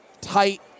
tight